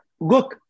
Look